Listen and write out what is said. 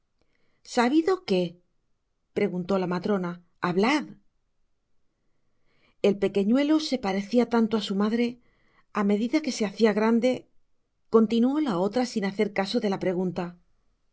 sabido qué preguntó la matrona hablad el pequeñuelo se parecia tanto á su madre á medida que se hacia grande continuó la otra sin hacer caso dela pregunta